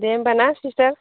दे होनबा ना सिस्टार